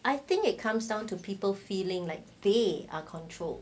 I think it comes down to people feeling like they are in control